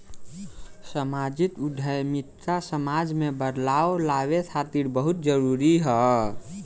सामाजिक उद्यमिता समाज में बदलाव लावे खातिर बहुते जरूरी ह